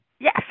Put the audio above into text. Yes